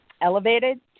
elevated